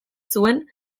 zuen